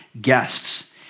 guests